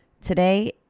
Today